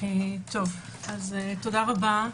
תודה רבה.